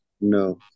No